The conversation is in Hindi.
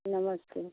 नमस्ते